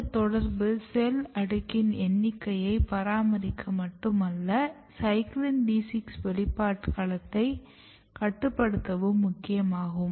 இந்த தொடர்பு செல் அடுக்கின் எண்ணிக்கையை பராமரிக்க மட்டுமல்ல CYCLIN D6 வெளிப்பாடு களத்தை கட்டுப்படுத்தவும் முக்கியமாகும்